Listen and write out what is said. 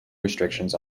restrictions